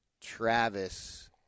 Travis